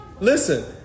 Listen